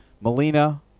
Melina